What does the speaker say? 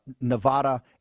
Nevada